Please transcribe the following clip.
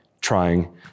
trying